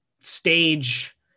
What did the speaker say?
stage